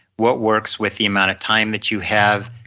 what works with the amount of time that you have,